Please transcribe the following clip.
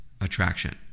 attraction